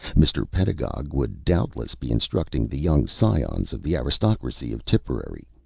mr. pedagog would doubtless be instructing the young scions of the aristocracy of tipperary,